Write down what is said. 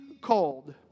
called